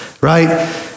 Right